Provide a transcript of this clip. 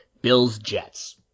Bills-Jets